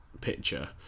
Picture